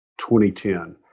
2010